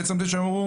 בעצם זה שהם אמרו